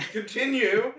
continue